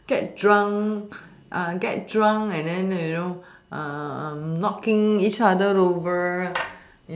get drunk get drunk and then you know knocking each other over